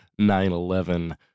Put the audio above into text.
9-11